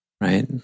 Right